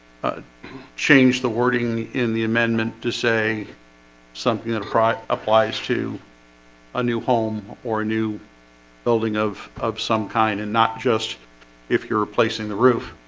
change the wording in the amendment to say something that a fry-up lies to a new home or a new building of of some kind and not just if you're replacing the roof